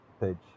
page